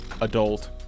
Adult